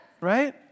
Right